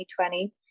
2020